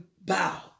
bow